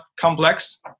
complex